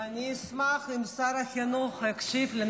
אני אשמח אם שר החינוך יקשיב לי.